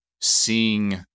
seeing